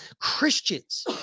Christians